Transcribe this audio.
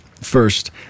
first